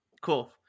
Cool